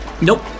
Nope